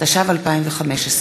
התשע"ו 2015,